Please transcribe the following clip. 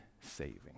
saving